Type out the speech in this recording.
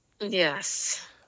Yes